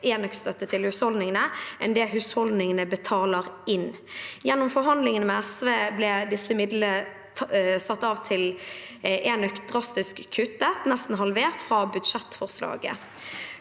enn det husholdningene betaler inn. Gjennom forhandlingene med SV ble midlene satt av til enøk drastisk kuttet – nesten halvert fra budsjettforslaget.